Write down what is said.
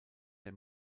der